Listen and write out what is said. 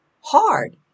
hard